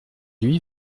lui